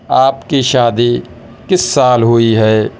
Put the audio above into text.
آپ کی شادی کس سال ہوئی ہے